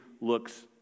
looks